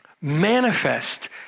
manifest